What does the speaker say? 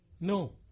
No